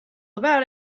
about